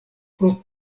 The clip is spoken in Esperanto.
pro